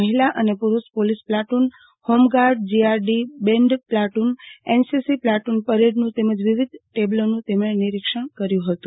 મહિલા અને પુરૂષ police platoon home guard GRD band platoon NCC platoon પરેડનું તેમજ વિવિધ ટેબ્લોનું તેમણે નિરીક્ષણ કર્યું હતું